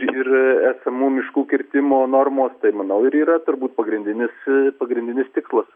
ir esamų miškų kirtimo normos tai manau ir yra turbūt pagrindinis pagrindinis tikslas